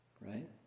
Right